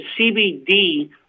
CBD